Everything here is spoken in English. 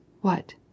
What